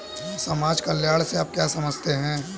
समाज कल्याण से आप क्या समझते हैं?